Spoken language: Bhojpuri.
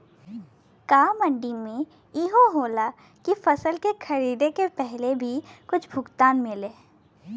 का मंडी में इहो होला की फसल के खरीदे के पहिले ही कुछ भुगतान मिले?